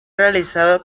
realizado